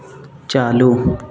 चालू